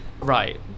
Right